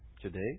Today